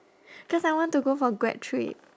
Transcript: cause I want to go for grad trip